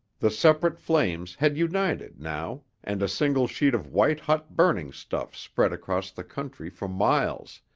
the separate flames had united, now, and a single sheet of white-hot burning stuff spread across the country for miles,